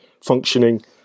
functioning